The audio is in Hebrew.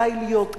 עלי להיות כן.